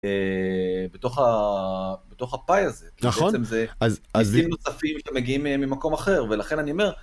בתוך הפאי הזה, כי בעצם זה ניסים נוספים שמגיעים ממקום אחר ולכן אני אומר...